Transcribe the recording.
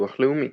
ביטוח לאומי